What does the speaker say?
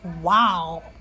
Wow